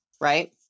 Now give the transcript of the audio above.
right